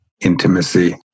intimacy